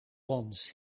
once